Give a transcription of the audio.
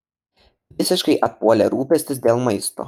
visiškai atpuolė rūpestis dėl maisto